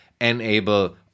enable